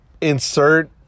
insert